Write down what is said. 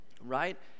Right